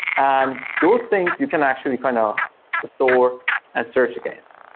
and those things, you can actually kind of store and search against.